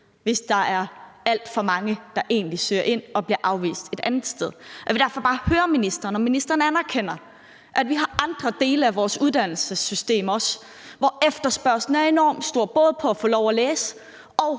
hvis der er alt for mange, der egentlig søger ind og bliver afvist et andet sted. Jeg vil derfor bare høre ministeren, om ministeren anerkender, at vi har andre dele af vores uddannelsessystem, hvor efterspørgslen er enormt stor, både på at få lov til at læse